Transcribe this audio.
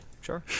Sure